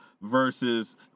versus